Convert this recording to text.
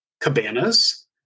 cabanas